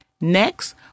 Next